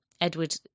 Edward